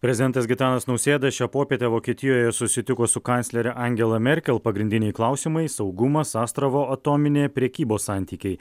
prezidentas gitanas nausėda šią popietę vokietijoje susitiko su kanclere angela merkel pagrindiniai klausimai saugumas astravo atominė prekybos santykiai